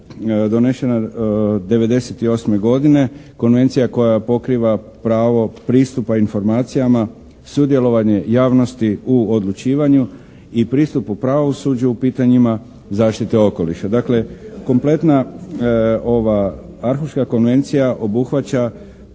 donešena 98. godine, konvencija koja pokriva pravo pristupa informacijama, sudjelovanje javnosti u odlučivanju i pristupu pravosuđu u pitanjima zaštite okoliša. Dakle, kompletna ova Arhuška konvencije obuhvaća